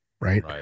right